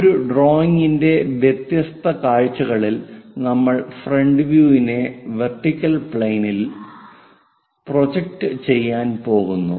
ഒരു ഡ്രോയിംഗിന്റെ വ്യത്യസ്ത കാഴ്ചകളിൽ നമ്മൾ ഫ്രണ്ട് വ്യൂ ഇനെ വെർട്ടിക്കൽ പ്ലെയിൻനിൽ പ്രൊജക്റ്റ് ചെയ്യാൻ പോകുന്ന